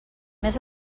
més